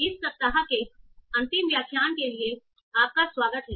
इस सप्ताह के अंतिम व्याख्यान के लिए आपका स्वागत है